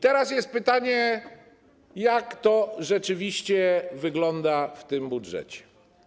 teraz jest pytanie, jak to rzeczywiście wygląda w tym budżecie.